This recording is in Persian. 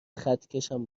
خطکشم